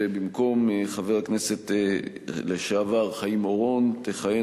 ובמקום חבר הכנסת לשעבר חיים אורון תכהן